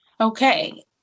Okay